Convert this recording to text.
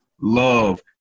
love